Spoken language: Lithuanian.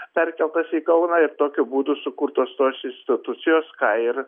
perkeltas į kauną ir tokiu būdu sukurtos tos institucijos ką ir